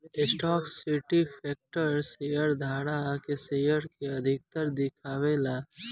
stock certificate share धारक के share के अधिकार दिखावे ला